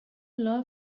love